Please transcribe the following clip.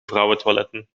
vrouwentoiletten